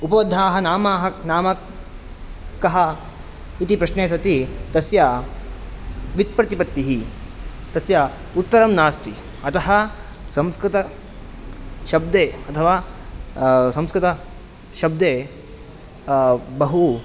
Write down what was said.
उपोद्धाः नाम नाम कः इति प्रश्ने सति तस्य विप्रतिपत्तिः तस्य उत्तरं नास्ति अतः संस्कृतशब्दे अथवा संस्कृतशब्दे बहु